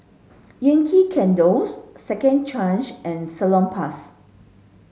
Yankee Candles Second Chance and Salonpas